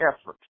effort